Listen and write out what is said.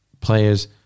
players